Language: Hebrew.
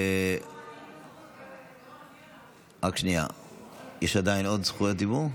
יש עוד זכויות דיבור?